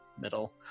middle